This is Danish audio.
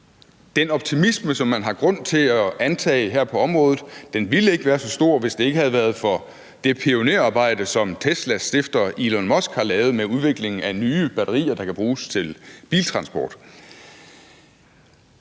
Den optimisme, som man har grund til at antage her på området, ville ikke være så stor, hvis det ikke havde været for det pionerarbejde, som Teslas stifter, Elon Musk, har lavet med udviklingen af nye batterier, der kan bruges til biler.